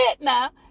now